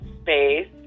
space